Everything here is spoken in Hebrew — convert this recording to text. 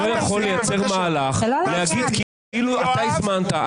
אתה לא יכול לייצר מהלך ולהגיד כאילו אתה הזמנת.